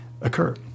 occur